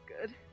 good